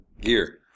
gear